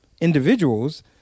individuals